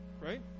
right